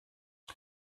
der